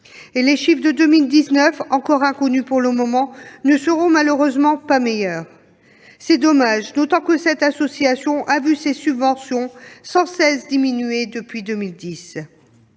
Les chiffres de 2019, encore inconnus pour le moment, ne seront malheureusement pas meilleurs. C'est dommage, d'autant que les subventions de cette association ont sans cesse diminué depuis 2010.